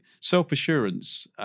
Self-assurance